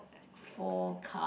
four cards